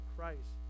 Christ